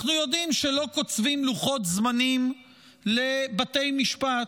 אנחנו יודעים שלא קוצבים לוחות זמנים לבתי משפט.